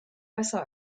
besser